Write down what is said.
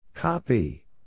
Copy